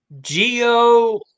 Geo